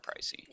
pricey